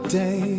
day